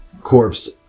corpse